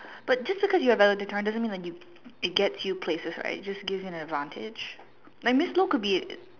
but just because you are valedictorian doesn't mean likes you it gets you places right it just gives you an advantage like miss Lok could be